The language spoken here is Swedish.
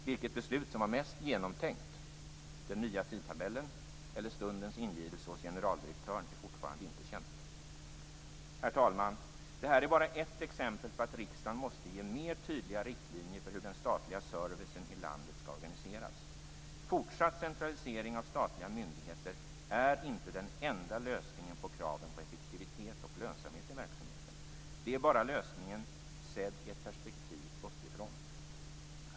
Vilket beslut som var mest genomtänkt, den nya tidtabellen eller stundens ingivelse hos generaldirektören, är fortfarande inte känt. Herr talman! Detta är bara ett exempel på att riksdagen måste ge mer tydliga riktlinjer för hur den statliga servicen i landet skall organiseras. Fortsatt centralisering av statliga myndigheter är inte den enda lösningen på kraven på effektivitet i verksamheten - det är bara lösningen sedd i ett perspektiv uppifrån.